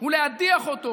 ולהדיח אותו